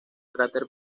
cráter